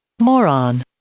moron